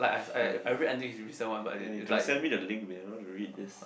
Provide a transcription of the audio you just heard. okay ya you got to send me the link when I want to read this